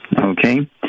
Okay